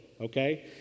okay